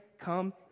come